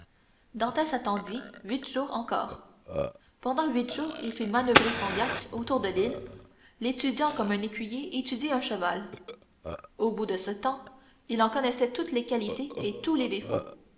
dantès attendit huit jours encore pendant huit jours il fit manoeuvrer son yacht autour de l'île l'étudiant comme un écuyer étudie un cheval au bout de ce temps il en connaissait toutes les qualités et tous les défauts